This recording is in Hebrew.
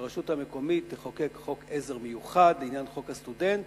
והרשות המקומית תחוקק חוק עזר מיוחד לעניין יום הסטודנט